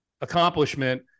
accomplishment